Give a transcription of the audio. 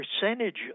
percentage